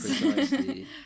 Precisely